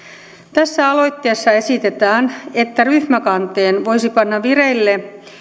tässä aloitteessa esitetään että ryhmäkanteen voisi panna vireille